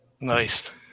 Nice